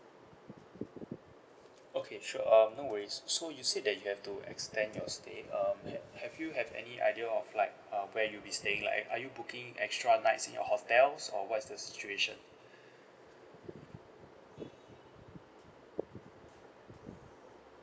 okay sure um no worries so you said that you have to extend your stay um have have you have any idea of like uh where you'll be staying like are you booking extra nights in your hotels or what is the situation